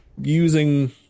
using